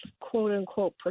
quote-unquote